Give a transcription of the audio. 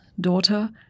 daughter